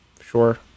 sure